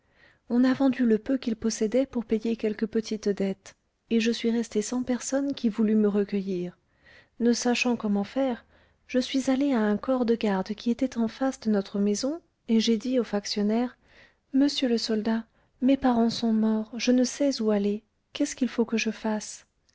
on a vendu le peu qu'ils possédaient pour payer quelques petites dettes et je suis restée sans personne qui voulût me recueillir ne sachant comment faire je suis allée à un corps de garde qui était en face de notre maison et j'ai dit au factionnaire monsieur le soldat mes parents sont morts je ne sais où aller qu'est-ce qu'il faut que je fasse